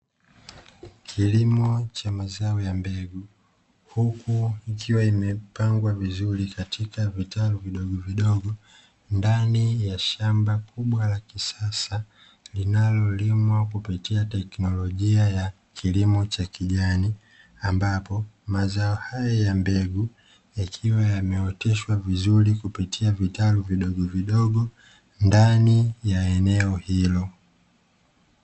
Kilimo cha mazoa ya mbegu huku ikiwa imepangwa vizuri katika vitalu vidogo vidogo ndani ya shamba kubwa la kisasa linalolimwa kupitia teknolojia ya kilimo cha kijani, ambapo mazao haya ya mbegu yakiwa yameoteshwa vizuri kupitia vitalu vidogo vidogo ndani ya eneo hilo.